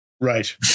Right